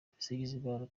dusingizimana